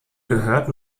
gehört